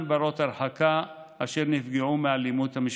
בנות-הרחקה אשר נפגעו מאלימות במשפחה.